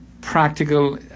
practical